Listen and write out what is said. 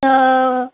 त